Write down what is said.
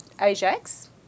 Ajax